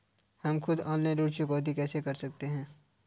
हम खुद ऑनलाइन ऋण चुकौती कैसे कर सकते हैं?